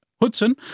Hudson